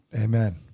Amen